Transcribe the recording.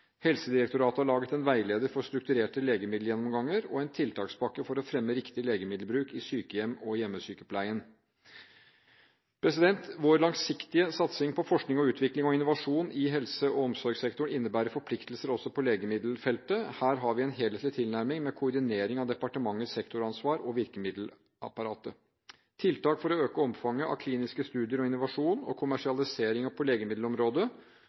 Helsedirektoratet har laget en veileder for strukturerte legemiddelgjennomganger og en tiltakspakke for å fremme riktig legemiddelbruk i sykehjem og i hjemmesykepleien. Vår langsiktige satsing på forskning, utvikling og innovasjon i helse- og omsorgssektoren innebærer forpliktelser også på legemiddelfeltet. Her har vi en helthetlig tilnærming med koordinering av departementets sektoransvar og virkemiddelapparatet. Tiltak for å øke omfanget av kliniske studier og innovasjon og kommersialisering på legemiddelområdet,